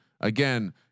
again